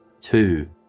two